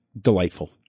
delightful